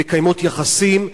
מקיימות יחסים,